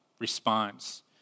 response